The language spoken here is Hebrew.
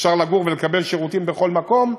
שאפשר לגור ולקבל שירותים בכל מקום.